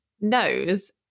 knows